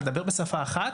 לדבר בשפה אחת,